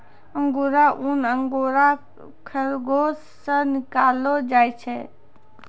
अंगुरा ऊन अंगोरा खरगोस से निकाललो जाय छै